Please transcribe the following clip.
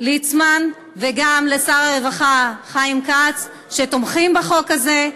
ליצמן וגם לשר הרווחה חיים כץ שתומכים בחוק הזה,